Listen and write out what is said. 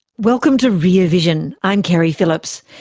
welcome to rear vision. i'm keri phillips.